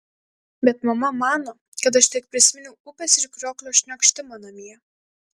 bet mama mano kad aš tik prisiminiau upės ir krioklio šniokštimą namie